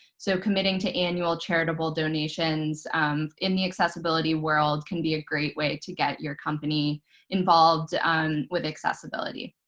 so committing to annual charitable donations in the accessibility world can be a great way to get your company involved um with accessibility.